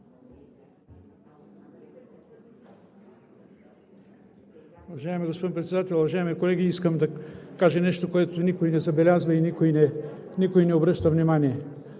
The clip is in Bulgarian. Уважаеми господин Председател, уважаеми колеги! Искам да кажа нещо, което никой не забелязва и никой не обръща внимание.